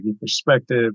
perspective